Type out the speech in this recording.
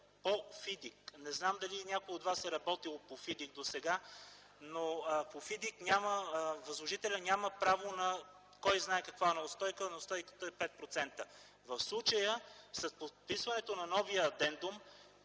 по ФИДИК. Не знам дали някой от вас е работил по ФИДИК досега. По ФИДИК възложителят няма право на кой-знае каква неустойка. Тя е 5 процента. В случая, с подписването на новия адендум,